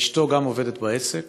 גם אשתו עובדת בעסק,